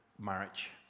marriage